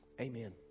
Amen